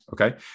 okay